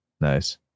Nice